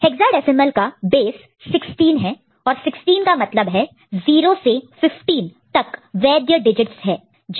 hexadecimal का base 16 है और 16 का मतलब है 0 से 15 तक वैद्य वैलिड valid डिजिटस है